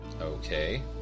Okay